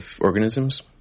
organisms